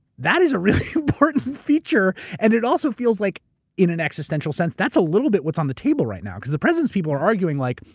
that is a really important feature and it also feels like in an existential sense, that's a little bit what's on the table right now. because the president's people are arguing like,